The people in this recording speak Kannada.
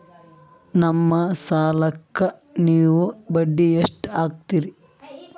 ನಮ್ಮ ಸಾಲಕ್ಕ ನೀವು ಬಡ್ಡಿ ಎಷ್ಟು ಹಾಕ್ತಿರಿ?